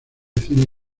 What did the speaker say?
cine